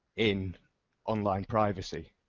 in online privacy